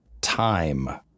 time